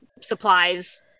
supplies